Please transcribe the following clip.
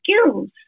skills